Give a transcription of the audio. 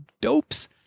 dopes